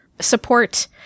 support